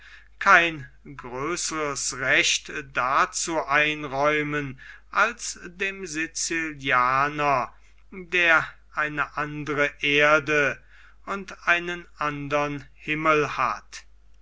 kein größeres recht dazu einräumen als dem sicilianer der eine andere erde und einen andern himmel hat